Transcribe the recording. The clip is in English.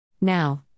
Now